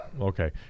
Okay